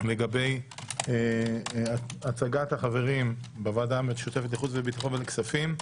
לגבי הצגת החברים בוועדה המשותפת לחוץ וביטחון ולכספים,